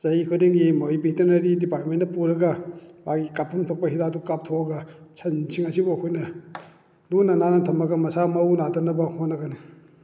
ꯆꯍꯤ ꯈꯨꯗꯤꯡꯒꯤ ꯃꯣꯏ ꯕꯦꯇꯅꯔꯤ ꯂꯤꯄꯥꯔꯠꯃꯦꯟꯗ ꯄꯨꯔꯒ ꯃꯥꯒꯤ ꯀꯥꯞꯐꯝ ꯊꯣꯛꯄ ꯍꯤꯗꯥꯛꯇꯣ ꯀꯥꯞꯊꯣꯛꯑꯒ ꯁꯟꯁꯤꯡ ꯑꯁꯤꯕꯨ ꯑꯩꯈꯣꯏꯅ ꯂꯨꯅ ꯅꯥꯟꯅ ꯊꯝꯃꯒ ꯃꯁꯥ ꯃꯎ ꯅꯥꯗꯅꯕ ꯍꯣꯠꯅꯒꯅꯤ